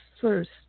first